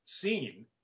seen